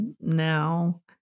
now